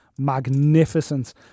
Magnificent